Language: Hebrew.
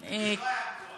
אדוני, זה לא היה מתואם.